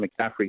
McCaffrey